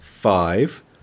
Five